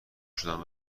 شدم